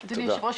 אדוני היושב ראש,